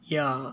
ya